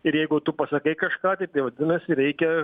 ir jeigu tu pasakai kažką tai tai vadinasi reikia